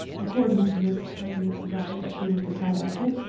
according to this technique's guide that came with the tie-dye kit.